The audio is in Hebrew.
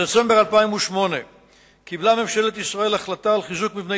בדצמבר 2008 קיבלה ממשלת ישראל החלטה על חיזוק מבני